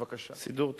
בבקשה סידור טוב.